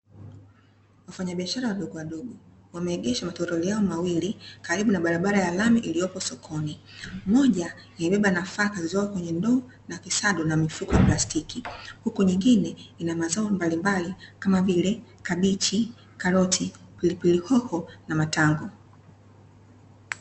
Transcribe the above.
Wafanyabiashara wadogowadogo wameegesha matoroli yao mawili karibu na barabara lami iliyopo sokoni. Moja imebeba nafaka zilizopo kwenye ndoo na kisado na mifuko ya plastiki, huku nyingine ina mazao mbalimbali kama vile kabichi, karoti, pilipili hoho na matango.